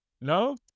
No